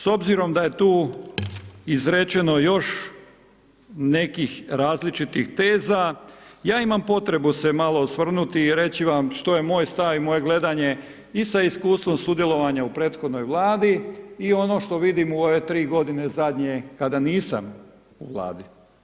S obzirom da je tu izrečeno još nekih različitih teza, je imam potrebu se malo osvrnuti i treći vam što je moj stav i moje gledanje i sa iskustvom sudjelovanja u prethodnoj vladi i ono što vidim u ove 3 g. zadnje, kada nisam u vladi.